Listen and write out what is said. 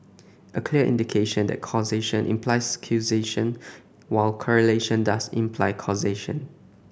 a clear indication that causation implies causation while correlation does imply causation